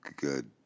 good